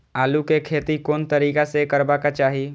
आलु के खेती कोन तरीका से करबाक चाही?